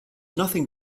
nothing